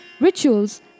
rituals